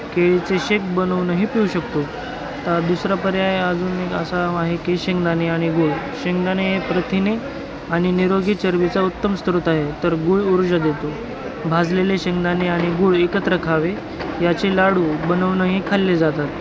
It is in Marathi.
केळीचे शेक बनवूनही पिऊ शकतो दुसरा पर्याय अजून एक असा आहे की शेंगदाणे आणि गूळ शेंगदाणे हे प्रथिने आणि निरोगी चरबीचा उत्तम स्त्रोत आहे तर गूळ ऊर्जा देतो भाजलेले शेंगदाणे आणि गूळ एकत्र खावे याचे लाडू बनवूनही खाल्ले जातात